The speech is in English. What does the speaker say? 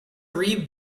read